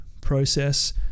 process